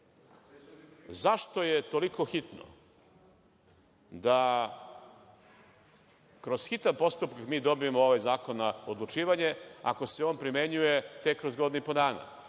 dana.Zašto je toliko hitno da kroz hitan postupak mi dobijemo ovaj zakon na odlučivanje, ako se on primenjuje tek kroz godinu i po dana?